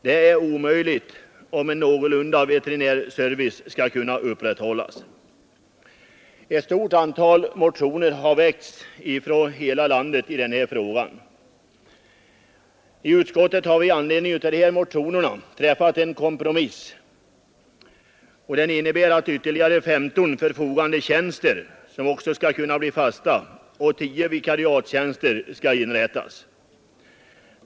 Detta är omöjligt om en någorlunda tillfredsställande veterinär servicenivå skall kunna upprätthållas. Ett stort antal motioner i den här frågan har väckts av ledamöter från hela landet. I utskottet har vi i anledning av motionerna träffat den kompromissen att ytterligare 15 förfogandetjänster, som också skall kunna bli fasta, och 10 vikariatstjänster skall inrättas.